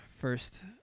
first